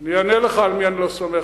אני אענה לך על מי אני לא סומך,